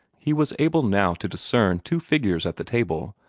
he was able now to discern two figures at the table,